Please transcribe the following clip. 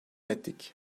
ettik